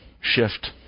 shift